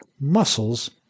muscles